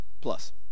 plus